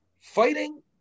fighting